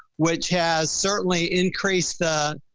which has certainly increased the,